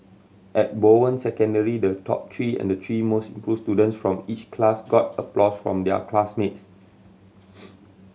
at Bowen Secondary the top three and the three most improved students from each class got applause from their classmates